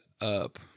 up